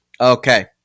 Okay